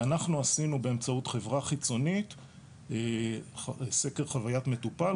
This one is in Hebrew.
אנחנו עשינו באמצעות חברה חיצונית סקר חווית מטופל.